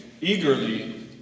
eagerly